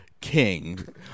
king